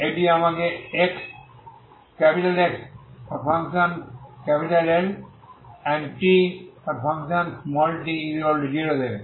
এটি আমাকে XLTt0 দেবে